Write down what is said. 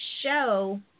show